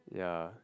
yeah